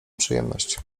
przyjemność